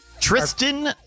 Tristan